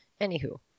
Anywho